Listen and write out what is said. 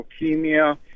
leukemia